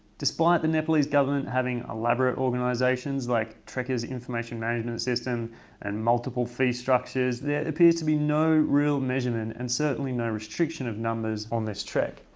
despite the nepalese government having elaborate organisations like the trekkers information management system and multiple fee structures there appears to be no real measurement and certainly no restriction of numbers on this trek.